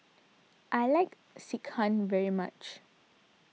I like Sekihan very much